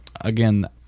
again